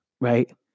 right